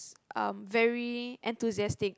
um very enthusiastic